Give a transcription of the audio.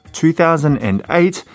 2008